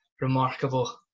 remarkable